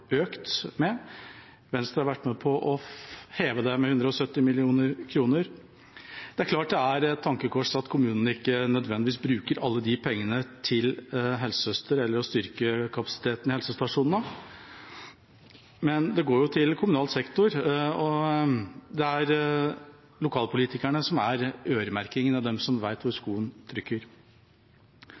vært med på å heve det med 170 mill. kr. Det er klart at det er et tankekors at kommunene ikke nødvendigvis bruker alle de pengene til helsesøstre og til å styrke kapasiteten til helsestasjonene. Men de går til kommunal sektor, og det er lokalpolitikerne som prioriterer, og som vet hvor skoen trykker.